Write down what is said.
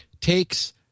takes